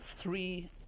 three